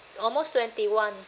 almost twenty one